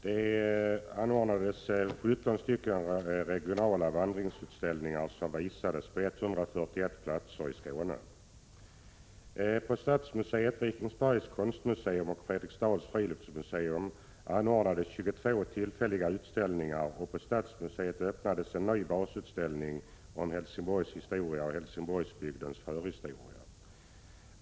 Det anordnades 17 regionala vandringsutställningar, som visades på 141 platser i Skåne. På Stadsmuseet, Vikingsbergs konstmuseum och Fredriksdals friluftsmuseum anordnades 22 tillfälliga utställningar, och på Stadsmuseet öppnades en ny basutställning om Helsingborgs historia och Helsingborgsbygdens förhistoria.